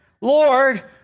Lord